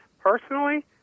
Personally